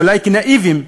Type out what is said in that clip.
אולי כנאיביים,